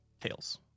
tails